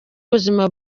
ubuzima